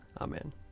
Amen